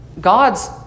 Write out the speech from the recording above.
God's